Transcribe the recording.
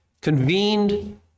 convened